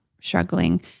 struggling